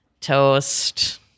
Toast